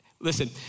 listen